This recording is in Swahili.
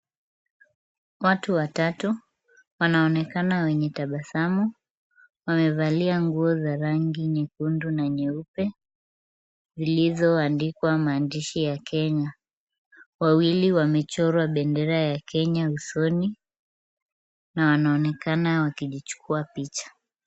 Watu watatu, wanaonekana wenye tabasamu, wamevalia nguo za rangi nyekundu na nyeupe, zilizoandikwa maandishi ya Kenya. Wawili wamechorwa bendera ya Kenya usoni, na wanaonekana wakijichukua picha.